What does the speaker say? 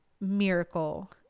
miracle